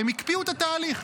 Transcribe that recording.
והם הקפיאו את התהליך.